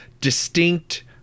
distinct